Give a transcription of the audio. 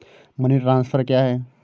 Money transfer क्या है?